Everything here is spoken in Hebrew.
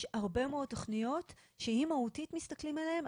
יש הרבה מאוד תכניות שאם מהותית מסתכלים עליהם,